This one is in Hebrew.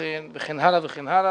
וכן הלאה.